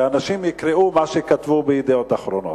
ואנשים יקראו מה שכתבו ב"ידיעות אחרונות".